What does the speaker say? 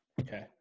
Okay